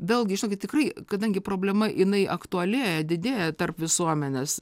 vėlgi žinokit tikrai kadangi problema jinai aktualėja didėja tarp visuomenės